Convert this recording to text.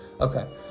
Okay